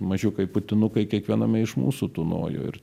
mažiukai putinukai kiekviename iš mūsų tūnojo ir